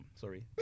sorry